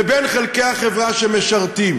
ובין חלקי החברה שמשרתים.